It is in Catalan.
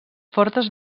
fortes